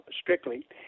strictly